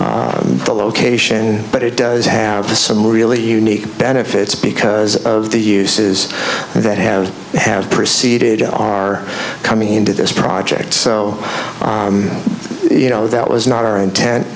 the location but it does have some really unique benefits because of the uses that have have proceeded you are coming into this project so you know that was not our intent